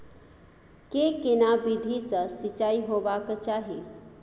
के केना विधी सॅ सिंचाई होबाक चाही?